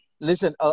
listen